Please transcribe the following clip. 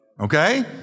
Okay